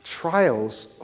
Trials